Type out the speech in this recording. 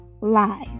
lies